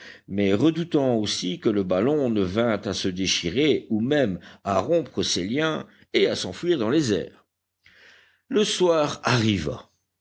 mais redoutant aussi que le ballon ne vînt à se déchirer ou même à rompre ses liens et à s'enfuir dans les airs le soir arriva